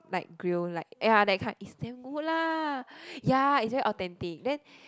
like grill like ya that kind it's damn good lah ya it's very authentic then